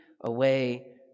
away